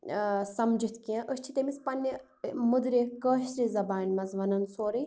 ٲں سمجھِتھ کیٚنٛہہ أسۍ چھِ تٔمس پَننہِ مٔدرِ کٲشرِ زبانہِ مَنٛز ونان سورُے